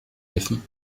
häfen